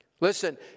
Listen